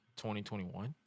2021